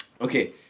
Okay